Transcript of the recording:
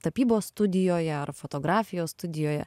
tapybos studijoje ar fotografijos studijoje